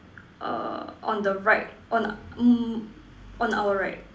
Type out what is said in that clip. err on the right on mm on our right